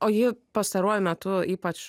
o ji pastaruoju metu ypač